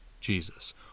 Jesus